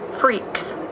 freaks